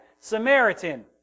Samaritan